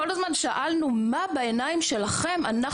כל הזמן שאלנו מה בעיניים שלכם אנחנו